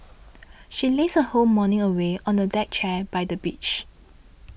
she lazed her whole morning away on a deck chair by the beach